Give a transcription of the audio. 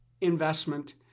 investment